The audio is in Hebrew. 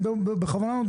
אני נותן בכוונה כדוגמה,